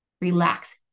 Relax